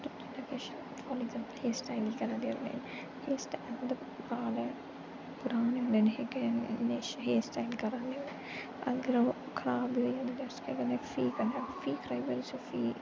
फिर किश example hair style करा दे होन्ने हेयर स्टाइल मतलब बाल पराने होंदे न कि नये हेयर स्टाइल करा दे होन्नें अगर ओह् खराब बी होई जा ते अस केह् करने फ्ही करने फ्ही उ'नें गी ठीक करने फ्ही